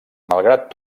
malgrat